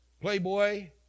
Playboy